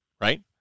right